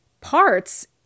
parts